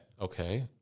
Okay